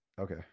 Okay